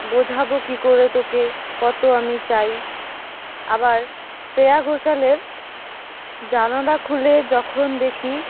বোঝাবো কি করে তোকে কত আমি চাই আবার শ্রেয়া ঘোষালের জানালা খুলে যখন দেখি